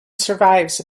survives